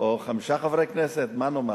או חמישה חברי כנסת, מה נאמר?